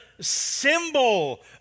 symbol